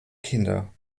kinder